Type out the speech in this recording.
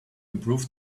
improve